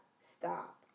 stop